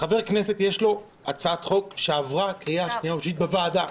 לחבר כנסת יש הצעת חוק שעברה קריאה שנייה ושלישית בוועדה.